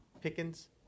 Pickens